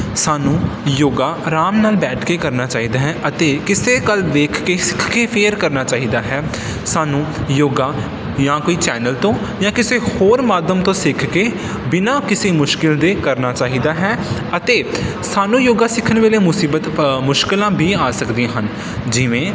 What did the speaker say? ਸਾਨੂੰ ਯੋਗਾ ਆਰਾਮ ਨਾਲ ਬੈਠ ਕੇ ਕਰਨਾ ਚਾਹੀਦਾ ਹੈ ਅਤੇ ਕਿਸੇ ਕੋਲ ਵੇਖ ਕੇ ਸਿੱਖ ਕੇ ਫਿਰ ਕਰਨਾ ਚਾਹੀਦਾ ਹੈ ਸਾਨੂੰ ਯੋਗਾ ਜਾਂ ਕੋਈ ਚੈਨਲ ਤੋਂ ਜਾਂ ਕਿਸੇ ਹੋਰ ਮਾਧਿਅਮ ਤੋਂ ਸਿੱਖ ਕੇ ਬਿਨਾਂ ਕਿਸੇ ਮੁਸ਼ਕਿਲ ਦੇ ਕਰਨਾ ਚਾਹੀਦਾ ਹੈ ਅਤੇ ਸਾਨੂੰ ਯੋਗਾ ਸਿੱਖਣ ਵੇਲੇ ਮੁਸੀਬਤ ਪ ਮੁਸ਼ਕਿਲਾਂ ਵੀ ਆ ਸਕਦੀਆਂ ਹਨ ਜਿਵੇਂ